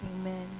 Amen